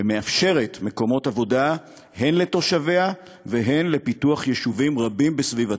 שמאפשרת מקומות עבודה הן לתושביה והן לפיתוח יישובים רבים בסביבתה.